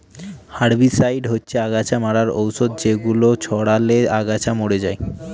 herbicide হচ্ছে অগাছা মারার ঔষধ যেগুলো ছড়ালে আগাছা মরে যায়